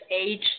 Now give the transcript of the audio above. age